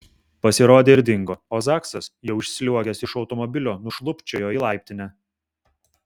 pasirodė ir dingo o zaksas jau išsliuogęs iš automobilio nušlubčiojo į laiptinę